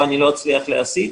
ככל שאצליח להשיג,